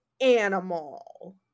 animal